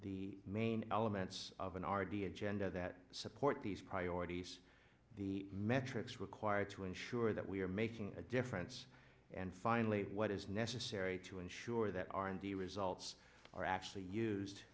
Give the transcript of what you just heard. the main elements of an r d agenda that support these priorities the metrics required to ensure that we are making a difference and finally what is necessary to ensure that r and d results are actually used